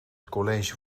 college